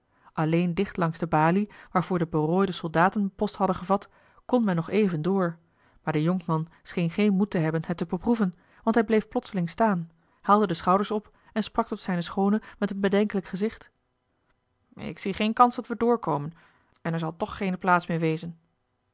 alleen dicht langs de balie waarvoor de berooide soldaten post hadden gevat kon men nog even door maar de jonkman scheen geen moed te hebben het te beproeven want hij bleef plotseling staan haalde de schouders op en sprak tot zijne schoone met een bedenkelijk gezicht ik zie geen kans dat we doorkomen en er zal toch geene plaats